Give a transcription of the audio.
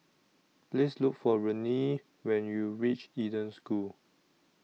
Please Look For Renee when YOU REACH Eden School